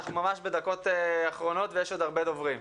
אנחנו ממש בדקות אחרונות ויש עוד הרבה דוברים.